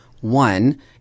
one